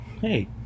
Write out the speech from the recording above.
hey